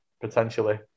potentially